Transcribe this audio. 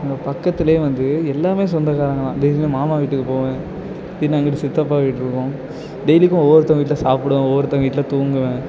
அங்கே பக்கத்திலே வந்து எல்லாமே சொந்தகாரங்கள்தான் திடீர்னு மாமா வீட்டுக்கு போவேன் திடீர்னு அங்கிட்டு சித்தப்பா வீடு இருக்கும் டெய்லிக்கும் ஒவ்வொருத்தவங்கள் வீட்டில சாப்பிடுவேன் ஒவ்வொருத்தவங்கள் வீட்டில தூங்குவேன்